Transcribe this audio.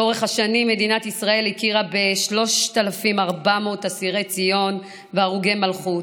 לאורך השנים מדינת ישראל הכירה ב-3,400 אסירי ציון והרוגי מלכות,